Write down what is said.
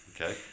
Okay